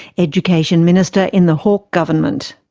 education minister in the hawke government.